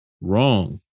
wrong